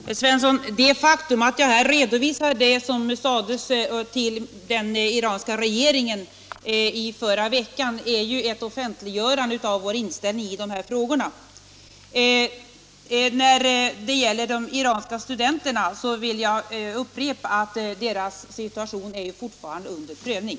Herr talman! Det faktum att jag här redovisar det som sades till den iranska regeringen i förra veckan är ju, herr Svensson i Malmö, ett offentliggörande av vår inställning i de här frågorna. När det gäller de iranska studenterna vill jag upprepa att deras situation fortfarande är under prövning.